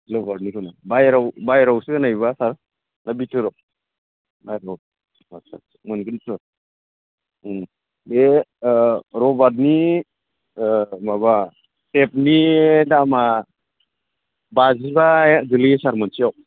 रबारनिखौनो बाहेरायाव बाहेरायावसो होनायबा सार ना बिथोराव पाइप औ बाहेरायाव आच्चा मोनगोन सार बे रबारनि माबा टेपनि दामा बाजिबा गोग्लैयो सार मोनसेयाव